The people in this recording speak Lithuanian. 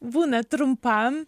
būna trumpam